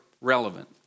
relevant